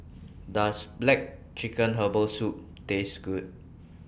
Does Black Chicken Herbal Soup Taste Good